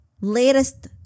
latest